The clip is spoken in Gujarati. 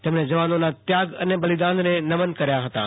તેમણે જવાનોના ત્યાગ અને બલિદાનને નમન કર્યાં હતાં